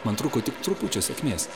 man trūko tik trupučio sėkmės